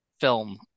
film